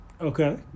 Okay